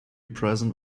present